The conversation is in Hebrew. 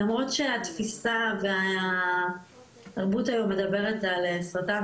למרות שהתפיסה והתרבות היום מדברת על סרטן,